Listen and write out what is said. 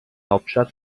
hauptstadt